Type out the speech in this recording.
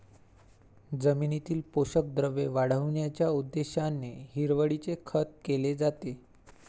जमिनीतील पोषक द्रव्ये वाढविण्याच्या उद्देशाने हिरवळीचे खत केले जाते